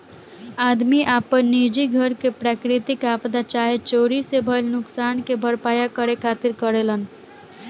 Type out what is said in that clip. आदमी आपन निजी घर के प्राकृतिक आपदा चाहे चोरी से भईल नुकसान के भरपाया करे खातिर करेलेन